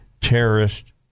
terrorist